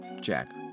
Jack